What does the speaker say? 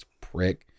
prick